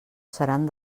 seran